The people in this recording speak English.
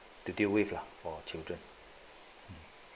to deal with lah for our children